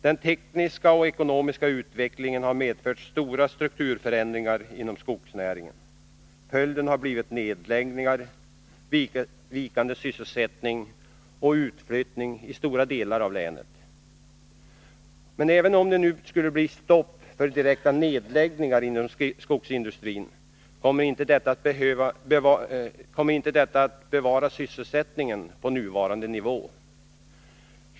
Den tekniska och ekonomiska utvecklingen har medfört stora strukturförändringar inom skogsnäringen. Följden har blivit nedläggningar, vikande sysselsättning och utflyttning i stora delar av länet. Även om det nu kunde bli ett stopp för direkta nedläggningar inom skogsindustrin, kommer inte detta att bevara sysselsättningen på nuvarande nivå.